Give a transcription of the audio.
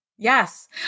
Yes